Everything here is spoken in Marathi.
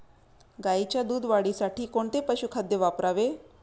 गाईच्या दूध वाढीसाठी कोणते पशुखाद्य वापरावे?